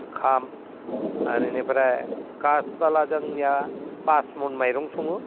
खाम आरो इनिफ्राय कासबाला जोंनिया फासमन माइरं सङो